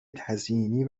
تزیینی